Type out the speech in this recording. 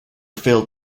failed